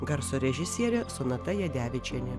garso režisierė sonata jadevičienė